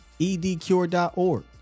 Edcure.org